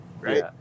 right